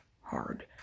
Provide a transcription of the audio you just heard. hard